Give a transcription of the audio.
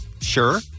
Sure